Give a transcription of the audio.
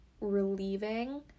relieving